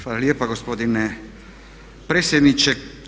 Hvala lijepa gospodine predsjedniče.